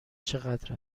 چقدر